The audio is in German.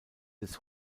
des